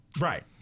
right